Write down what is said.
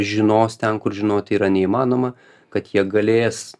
žinos ten kur žinoti yra neįmanoma kad jie galės